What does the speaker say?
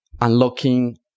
unlocking